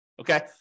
okay